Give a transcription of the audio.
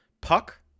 Puck